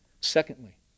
Secondly